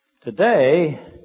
Today